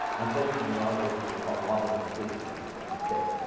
unfortunately, in a lot of literature, they call it wobbling precision, which is a mistake.